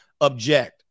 object